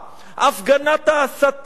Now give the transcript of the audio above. הפגנת ההסתה.